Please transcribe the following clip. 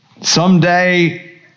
Someday